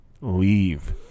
leave